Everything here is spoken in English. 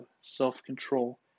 self-control